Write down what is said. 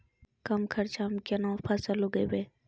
कम खर्चा म केना फसल उगैबै?